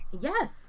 Yes